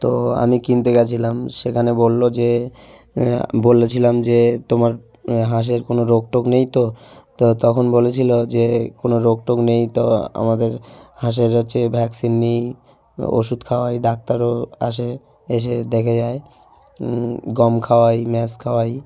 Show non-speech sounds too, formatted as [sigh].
তো আমি কিনতে গিয়েছিলাম সেখানে বললো যে বলেছিলাম যে তোমার হাঁসের কোনো রোগ টোগ নেই তো তো তখন বলেছিলো যে কোনো রোগ টোগ নেই তো আমাদের হাঁসের হচ্ছে ভ্যাকসিন নিই ওষুধ খাওয়াই ডাক্তারও আসে এসে দেখে যায় গম খাওয়াই [unintelligible] খাওয়াই